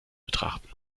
betrachten